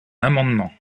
amendement